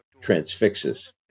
transfixes